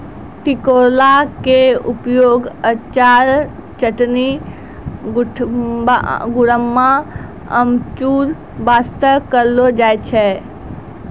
टिकोला के उपयोग अचार, चटनी, गुड़म्बा, अमचूर बास्तॅ करलो जाय छै